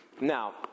Now